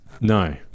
No